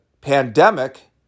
pandemic